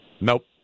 Nope